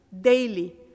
daily